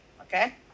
okay